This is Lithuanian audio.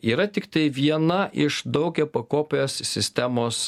tai yra tiktai viena iš daugiapakopės sistemos